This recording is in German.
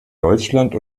deutschland